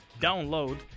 download